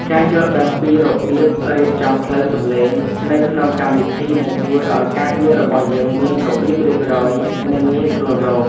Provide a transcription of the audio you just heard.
ការយល់ដឹងពីរបៀបរៀបចំផ្លូវសំឡេងនៅក្នុងកម្មវិធីនឹងជួយឱ្យការងាររបស់យើងមានរបៀបរៀបរយ និង ងាយស្រួលរក។